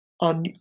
on